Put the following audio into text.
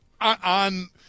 on